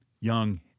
young